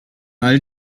all